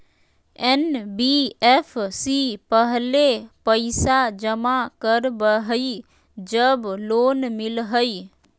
NBFC पहले पईसा जमा करवहई जब लोन मिलहई?